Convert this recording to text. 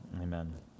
amen